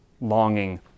longing